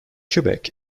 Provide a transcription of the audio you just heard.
quebec